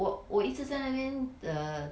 我我一直在那边 err